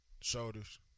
Shoulders